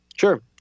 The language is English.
Sure